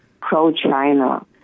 pro-China